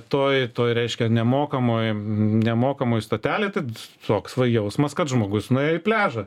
toj toj reiškia nemokamoj nemokamoj stotelėj tai toks va jausmas kad žmogus nuėjo į pliažą